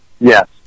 Yes